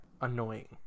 annoying